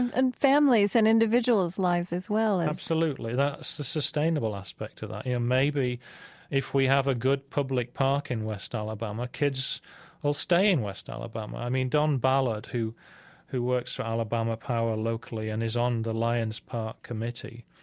and and families and individuals' lives as well as, absolutely. that, it's the sustainable aspect of that. you know, maybe if we have a good public park in west alabama, kids will stay in west alabama. i mean, don ballard who who works for alabama power locally and is on the lion's park committee,